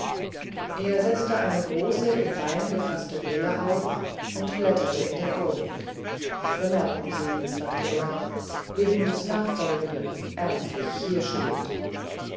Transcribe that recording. er setzte eine große in bein gefaßte brille auf und blätterte in der chronik bemerken sie sagte er wegen des nachfolgenden erstlich hier steht